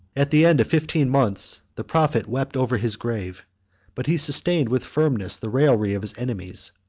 at the end of fifteen months the prophet wept over his grave but he sustained with firmness the raillery of his enemies,